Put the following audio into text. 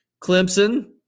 Clemson